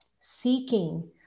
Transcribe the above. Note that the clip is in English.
seeking